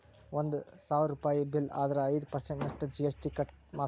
ಒಂದ್ ಸಾವ್ರುಪಯಿ ಬಿಲ್ಲ್ ಆದ್ರ ಐದ್ ಪರ್ಸನ್ಟ್ ನಷ್ಟು ಜಿ.ಎಸ್.ಟಿ ಕಟ್ ಮಾದ್ರ್ಸ್